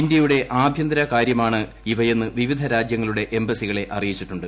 ഇന്ത്യയുടെ ആഭ്യന്തരകാര്യമാണ് ഇവയെന്ന് വിവിധ രാജ്യങ്ങളുടെ എംബസികളെ അറിയിച്ചിട്ടുണ്ട്